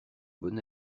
bon